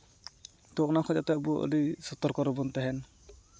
ᱛᱳ ᱚᱱᱟᱠᱷᱚᱡ ᱡᱟᱛᱮ ᱟᱵᱚ ᱟᱹᱰᱤ ᱥᱚᱛᱚᱨᱠᱚ ᱨᱮᱵᱚᱱ ᱛᱟᱦᱮᱱ